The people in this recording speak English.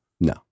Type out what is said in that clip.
No